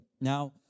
Now